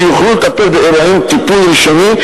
שיוכלו לטפל באירועים טיפול ראשוני,